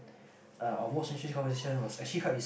our most recent conversation was actually quite recent